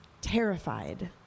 terrified